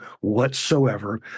whatsoever